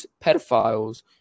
pedophiles